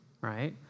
right